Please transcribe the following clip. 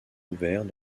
ouverts